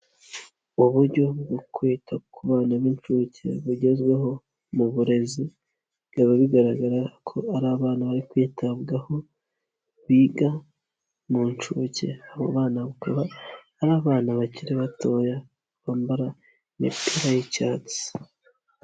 Uburyo bwo kwita ku bana b'incuke bugezweho mu burezi bikaba bigaragara ko ari abana bari kwitabwaho biga mu nshuke, abo bana bakaba ari abana bakiri batoya bambara imipira y'icyatsi.